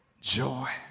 joy